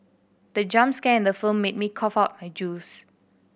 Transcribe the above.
the jump scare in the film made me cough out my juice